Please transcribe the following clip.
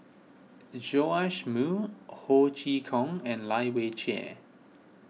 Joash Moo Ho Chee Kong and Lai Weijie